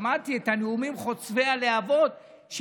בנאומים חוצבי הלהבות,